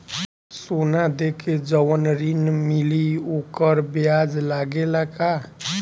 सोना देके जवन ऋण मिली वोकर ब्याज लगेला का?